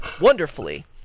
wonderfully